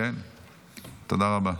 תודה רבה.